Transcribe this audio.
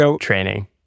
training